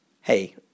Hey